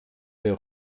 der